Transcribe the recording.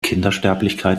kindersterblichkeit